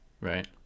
Right